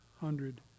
hundred